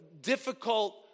difficult